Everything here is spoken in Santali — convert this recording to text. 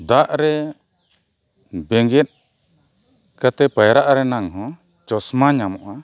ᱫᱟᱜ ᱨᱮ ᱵᱮᱸᱜᱮᱫ ᱠᱟᱛᱮ ᱯᱟᱭᱨᱟᱜ ᱨᱮᱱᱟᱝ ᱦᱚᱸ ᱪᱚᱥᱢᱟ ᱧᱟᱢᱚᱜᱼᱟ